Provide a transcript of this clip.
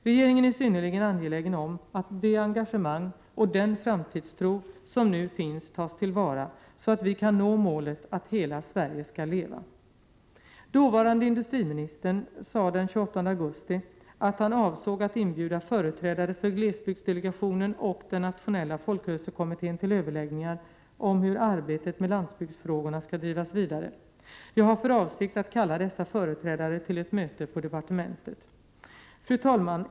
Regeringen är synnerligen angelägen om att det engagemang och den framtidstro som nu finns tas till vara, så att vi kan nå målet att ”Hela Sverige skall leva”. Dåvarande industriministern sade den 28 augusti att han avsåg att inbjuda företrädare för gelsbygdsdelegationen och Nationella Folkrörelsekommittén till överläggningar om hur arbetet med landsbygdsfrågorna skall drivas vidare. Jag har för avsikt att kalla dessa företrädare till ett möte på departementet. Fru talman!